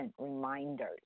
reminders